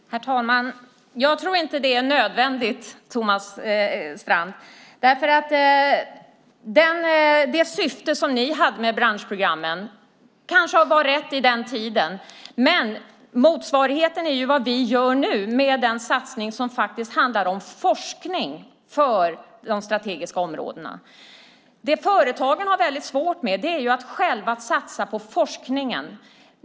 Herr talman! Jag tror inte att det är nödvändigt, Thomas Strand. Det syfte som ni hade med branschprogrammen kanske var rätt på den tiden. Men motsvarigheten är vad vi gör nu med den satsning som handlar om forskning för de strategiska områdena. Det företagen har svårt med är att själva satsa på forskningen.